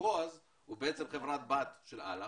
בועז הוא בעצם חברת בת של אל"ח,